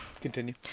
Continue